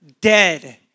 dead